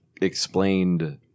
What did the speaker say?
explained